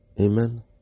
Amen